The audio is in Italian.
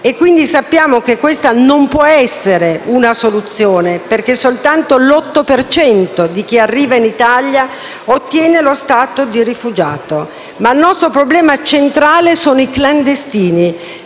quindi sappiamo che questa non può essere una soluzione, perché soltanto l'8 per cento di chi arriva in Italia ottiene lo stato di rifugiato. Il nostro problema centrale sono i clandestini